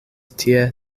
tie